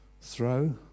throw